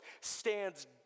stands